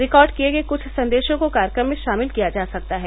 record किए गए कुछ संदेशों को कार्यक्रम में शामिल किया जा सकता है